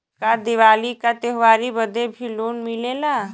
का दिवाली का त्योहारी बदे भी लोन मिलेला?